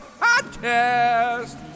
Podcast